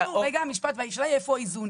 השאלה היא איפה האיזון,